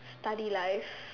study life